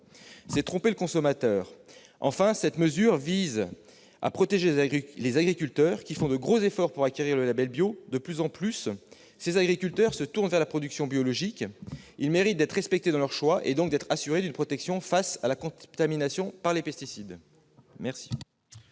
C'est tromper le consommateur ! Enfin, cette mesure vise à protéger les agriculteurs qui font de gros efforts pour acquérir le label bio. De plus en plus, les agriculteurs se tournent vers la production biologique. Ils méritent d'être respectés dans leur choix et donc d'être assurés d'une protection contre la contamination par les pesticides. Quel